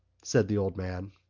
said the old man.